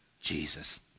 Jesus